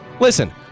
Listen